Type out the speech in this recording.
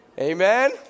Amen